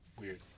Weird